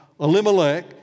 Elimelech